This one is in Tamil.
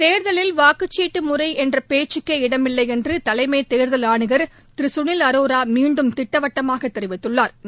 தேர்தலில் வாக்குச்சீட்டு முறை என்ற பேச்சுக்கே இடமில்லை என்று தலைமை தேர்தல் ஆணையர் திரு சுனில் அரோரா மீண்டும் திட்டவட்டமாகத் தெரிவித்துள்ளாா்